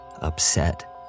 upset